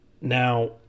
now